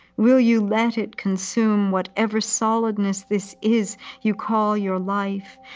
will you let it consume whatever solidness this is you call your life,